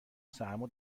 سرما